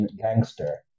gangster